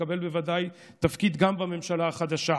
שתקבל בוודאי תפקיד גם בממשלה החדשה: